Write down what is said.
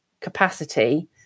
capacity